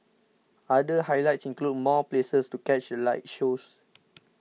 other highlights include more places to catch the light shows